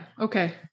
okay